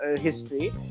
history